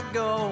go